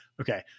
Okay